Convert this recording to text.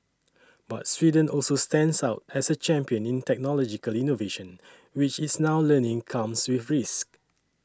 but Sweden also stands out as a champion in technological innovation which it's now learning comes with risks